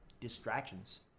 distractions